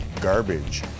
garbage